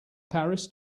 paris